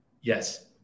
Yes